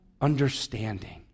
understanding